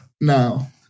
now